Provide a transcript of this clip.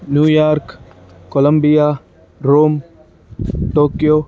New York Colombia Rome Tokyo